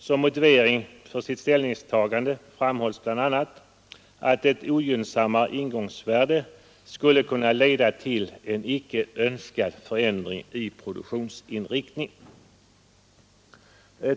Som motivering för sitt ställningstagande framhåller han bl.a. att ett ogynnsammare ingångsvärde skulle kunna leda till en icke önskad förändring i produktionsinriktningen.